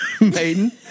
Maiden